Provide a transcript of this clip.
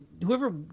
whoever